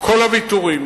שכל הוויתורים